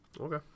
Okay